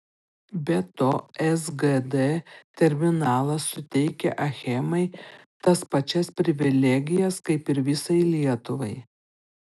be to sgd terminalas suteikia achemai tas pačias privilegijas kaip ir visai lietuvai